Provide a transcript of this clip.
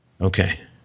Okay